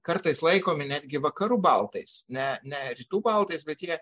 kartais laikomi netgi vakarų baltais ne ne rytų baltais bet jie